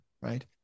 right